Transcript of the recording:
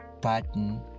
button